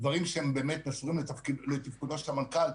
דברים שהם באמת מסורים לתפקודו של המנכ"ל,